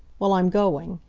well, i'm going.